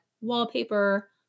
wallpaper